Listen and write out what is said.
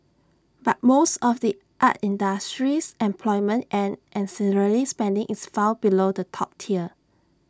but most of the art industry's employment and ancillary spending is found below the top tier